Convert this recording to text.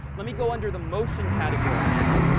let me go under the motion category now.